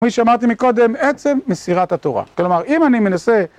כפי שאמרתי מקודם עצם מסירת התורה, כלומר אם אני מנסה